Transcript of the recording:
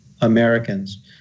Americans